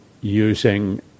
using